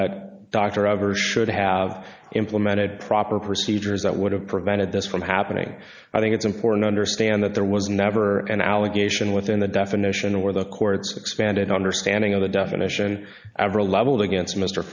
ivor should have implemented proper procedures that would have prevented this from happening i think it's important to understand that there was never an allegation within the definition or the court's expanded understanding of the definition ever leveled against mr